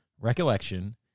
recollection